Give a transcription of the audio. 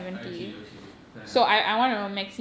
okay okay fair enough